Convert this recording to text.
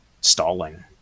stalling